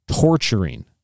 Torturing